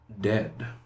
dead